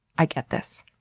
i get this.